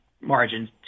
margins